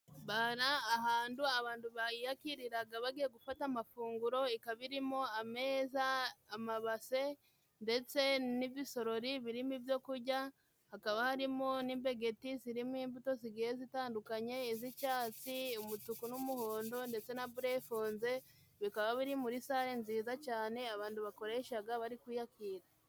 Bara, ahantu abantu bayiyakiriraga bagiye gufata amafunguro ikaba irimo ameza, amabase ndetse n'ibisorori birimo ibyo kujya, hakaba harimo n'imbegeti zirimo imbuto zigiye zitandukanye, iz'icyatsi, umutuku n'umuhondo ndetse na burefonze, bikaba biri muri sale nziza cyane abantu bakoreshaga bari kwiyakira.